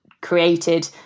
created